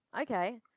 okay